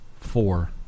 four